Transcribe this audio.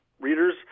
readers